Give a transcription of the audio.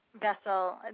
vessel